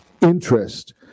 interest